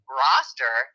roster –